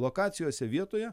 lokacijose vietoje